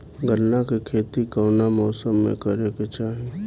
गन्ना के खेती कौना मौसम में करेके चाही?